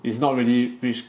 it's not really rich